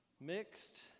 Mixed